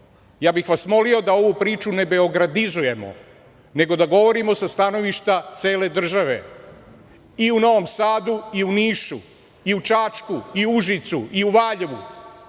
Ja bih vas molio da ovu priču ne beogradizujemo, nego da govorimo sa stanovišta cele države i u Novom Sadu, i u Nišu, i u Čačku, i Užicu, i u Valjevu,